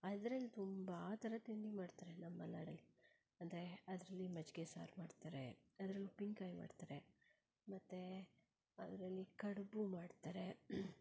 ಅದ್ರಲ್ಲಿ ತುಂಬ ಥರದ ತಿಂಡಿ ಮಾಡ್ತಾರೆ ನಮ್ಮ ಮಲೆನಾಡಲ್ಲಿ ಅಂದರೆ ಅದರಲ್ಲಿ ಮಜ್ಜಿಗೆ ಸಾರು ಮಾಡ್ತಾರೆ ಅದ್ರಲ್ಲಿ ಉಪ್ಪಿನಕಾಯಿ ಮಾಡ್ತಾರೆ ಮತ್ತು ಅದರಲ್ಲಿ ಕಡುಬು ಮಾಡ್ತಾರೆ